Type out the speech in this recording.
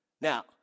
Now